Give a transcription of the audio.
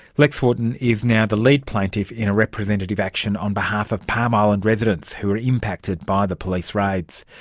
lex wotton is now the lead plaintiff in a representative action on behalf of palm island residents who were impacted by the police raids.